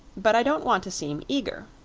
but i don't want to seem eager.